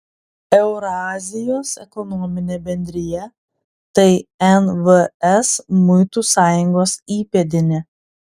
eurazijos ekonominė bendrija tai nvs muitų sąjungos įpėdinė